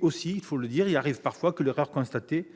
aussi parfois, il faut le dire, que l'erreur constatée